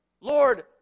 Lord